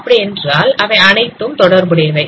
அப்படி என்றால் அவை அனைத்தும் தொடர்புடையவை